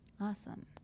awesome